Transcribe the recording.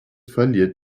verliert